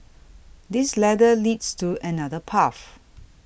this ladder leads to another path